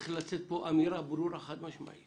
שצריכה לצאת כאן אמירה ברורה וחד-משמעית